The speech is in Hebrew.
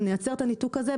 אם נייצר את הניתוק הזה,